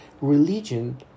religion